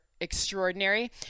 extraordinary